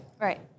Right